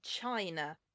China